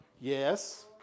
yes